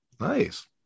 Nice